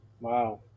wow